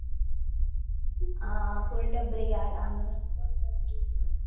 हां पूरे टब्बरै ई आह्नना ई